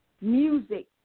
music